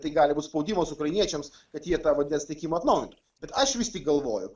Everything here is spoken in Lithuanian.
tai gali būt spaudimas ukrainiečiams kad jie tą vandens tiekimą atnaujintų bet aš vis tik galvoju